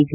T